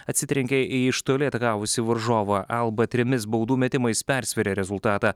atsitrenkė į iš toli atakavusį varžovą alba trimis baudų metimais persvėrė rezultatą